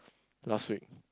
last week